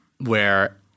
where-